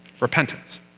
Repentance